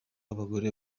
abagore